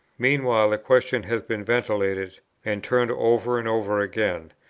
meanwhile, the question has been ventilated and turned over and over again,